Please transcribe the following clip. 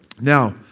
Now